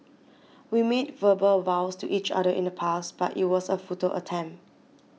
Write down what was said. we made verbal vows to each other in the past but it was a futile attempt